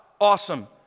Awesome